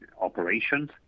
operations